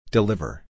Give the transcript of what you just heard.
Deliver